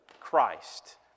Christ